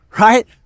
right